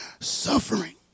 Suffering